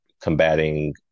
combating